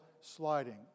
sliding